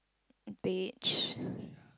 beige